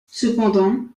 cependant